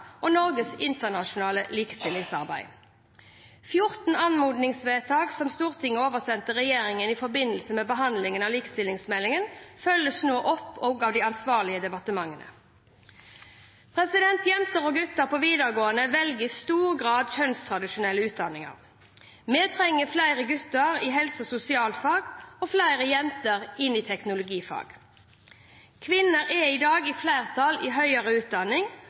Norges internasjonale likestillingsarbeid 14 anmodningsvedtak som Stortinget oversendte regjeringen i forbindelse med behandlingen av likestillingsmeldingen, følges nå opp av de ansvarlige departementene Jenter og gutter på videregående velger i stor grad kjønnstradisjonelle utdanninger. Vi trenger flere gutter i helse- og sosialfag og flere jenter i teknologifag. Kvinner er i dag i flertall i høyere utdanning.